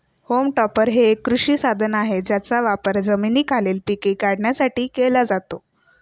home टॉपर हे एक कृषी साधन आहे ज्याचा वापर जमिनीखालील पिके काढण्यासाठी केला जातो